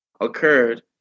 occurred